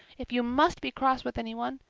if you must be cross with anyone,